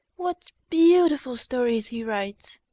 what beautiful stories he writes!